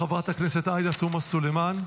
חברת הכנסת עאידה תומא סלימאן,